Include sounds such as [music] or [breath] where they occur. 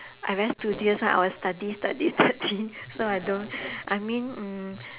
I very studious one I will study study study so I don't [breath] I mean mm